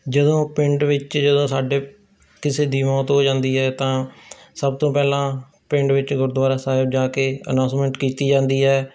ਜਦੋਂ ਪਿੰਡੇ ਵਿੱਚ ਜਦੋਂ ਸਾਡੇ ਕਿਸੇ ਦੀ ਮੌਤ ਹੋ ਜਾਂਦੀ ਹੈ ਤਾਂ ਸਭ ਤੋਂ ਪਹਿਲਾਂ ਪਿੰਡ ਵਿੱਚ ਗੁਰਦੁਆਰਾ ਸਾਹਿਬ ਜਾ ਕੇ ਅਨਾਉਂਸਮੈਂਟ ਕੀਤੀ ਜਾਂਦੀ ਹੈ